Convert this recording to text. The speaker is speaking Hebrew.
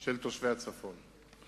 של תושבי הצפון.